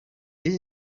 this